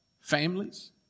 families